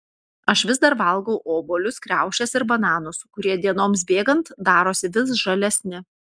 aš vis dar valgau obuolius kriaušes ir bananus kurie dienoms bėgant darosi vis žalesni